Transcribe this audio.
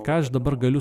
ką aš dabar galiu